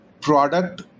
Product